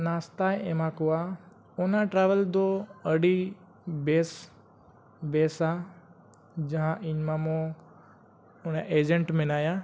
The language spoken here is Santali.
ᱱᱟᱥᱛᱟᱭ ᱮᱢᱟ ᱠᱚᱣᱟ ᱚᱱᱟ ᱴᱨᱟᱵᱷᱮᱞ ᱫᱚ ᱟᱹᱰᱤ ᱵᱮᱥ ᱵᱮᱥᱟ ᱡᱟᱦᱟᱸ ᱤᱧ ᱢᱟᱢᱳ ᱚᱱᱟ ᱮᱡᱮᱱᱴ ᱢᱮᱱᱟᱭᱟ